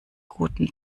guten